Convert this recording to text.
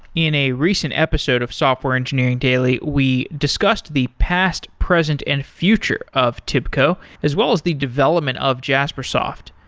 in a recent episode of software engineering daily, we discussed the past, present and future of tibco as well as the development of jaspersoft.